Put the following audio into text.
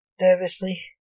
nervously